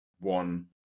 one